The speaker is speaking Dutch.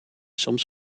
soms